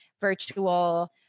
virtual